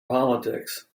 politics